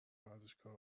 ورزشگاه